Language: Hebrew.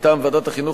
מטעם ועדת החינוך,